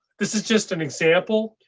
this is just an example.